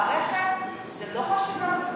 המערכת, זה לא חשוב לה מספיק,